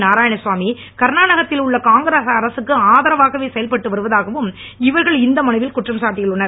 நாராயணசாமி கர்நாடகத்தில் உள்ள காங்கிரஸ் அரசுக்கு ஆதரவாகவே செயல்பட்டு வருவதாகவும் இவர்கள் இந்த மனுவில் குற்றம் சாட்டியுள்ளனர்